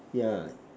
yeah